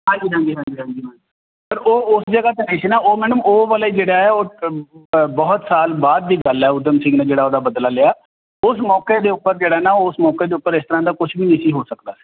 ਹਾਂਜੀ ਹਾਂਜੀ ਹਾਂਜੀ ਹਾਂਜੀ ਉਹ ਉਸ ਜਗ੍ਹਾ ਲੋਕੇਸ਼ਨ ਆ ਉਹ ਮੈਡਮ ਉਹ ਵਾਲੇ ਜਿਹੜਾ ਬਹੁਤ ਸਾਲ ਬਾਅਦ ਦੀ ਗੱਲ ਹੈ ਊਧਮ ਸਿੰਘ ਨੇ ਜਿਹੜਾ ਉਹਦਾ ਬਦਲਾ ਲਿਆ ਉਸ ਮੌਕੇ ਦੇ ਉੱਪਰ ਜਿਹੜਾ ਨਾ ਉਸ ਮੌਕੇ ਦੇ ਉੱਪਰ ਇਸ ਤਰ੍ਹਾਂ ਦਾ ਕੁਛ ਵੀ ਨਹੀਂ ਸੀ ਹੋ ਸਕਦਾ